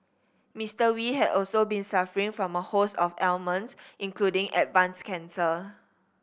Mister Wee had also been suffering from a host of ailments including advanced cancer